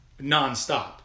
nonstop